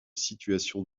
situations